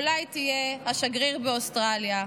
/ אולי תהיה השגריר באוסטרליה'.